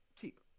keep